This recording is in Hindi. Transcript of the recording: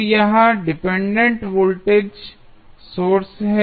तो यह डिपेंडेंट वोल्टेज सोर्स है